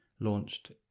launched